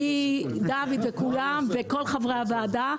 דוד וכולם וכל חברי הוועדה.